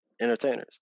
entertainers